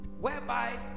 whereby